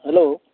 hello